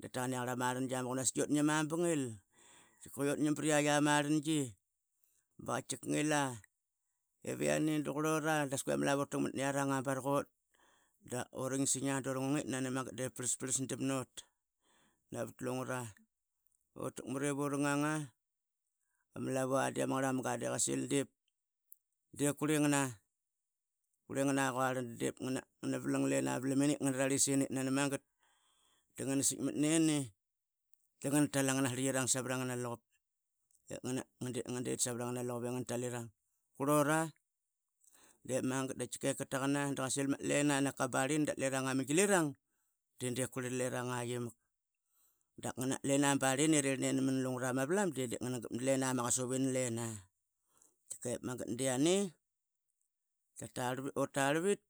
Dirataqan iamarangi muqunaski yutnima ba ngil. Tkika utnigim priyaiyia ma rangi bakatkika ngila, yane duqurlora das que iama lavu rataqmat niaranga barakot da urinsing durungung itnani davras prlas damnot navat lunguru uranganga ama lavn di ama ngarmanga di qa sil di qurlingn na qurlingn quarla di dip ngana vlang lina ma vaiam inl ngana rarlisinl itnani magat dangana sitkmat neni dangan tal angna srtlitkirang savr nganaluqup ngadet savra ngnaluqup. Dip magat da qa taqana da qa sil dalena naka ma barlingi dap liranga ma gilirang di dip qurli liranga iamak. Dap ngna lina barlini l rirl neni mana lungra ma valam di ngna gap dlena ma qasup ini lina dip yane utarlvit